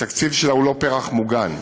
התקציב שלה הוא לא פרח מוגן.